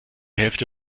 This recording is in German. hälfte